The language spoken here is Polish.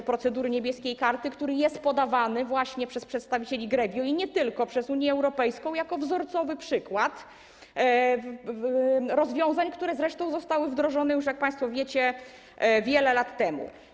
do procedury „Niebieskie karty”, która jest podawana właśnie przez przedstawicieli GREVIO, i nie tylko, przez Unię Europejską jako wzorcowy przykład rozwiązań, które zresztą zostały wdrożone już, jak państwo wiecie, wiele lat temu.